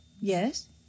Yes